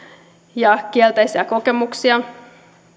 ja kielteisiä kokemuksia